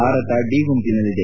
Bharat D ಗುಂಪಿನಲ್ಲಿದೆ